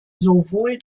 sowohl